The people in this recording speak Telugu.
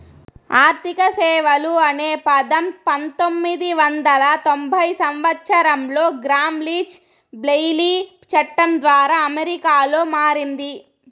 ఆర్థిక సేవలు అనే పదం పంతొమ్మిది వందల తొంభై సంవచ్చరంలో గ్రామ్ లీచ్ బ్లెయిలీ చట్టం ద్వారా అమెరికాలో మారింది